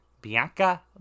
Bianca